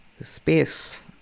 space